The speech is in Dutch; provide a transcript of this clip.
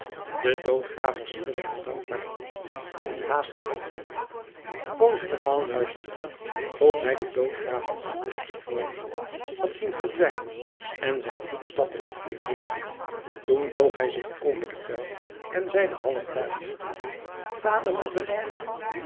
de doodgraver schudde hem dankbaar de hand en liep haastig heen fauchelevent luisterde tot hij den doodgraver achter het geboomte had zien verdwijnen en zijn voetstappen niet meer hoorde toen boog hij zich over den kuil en zeide halfluid vader madeleine